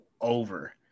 over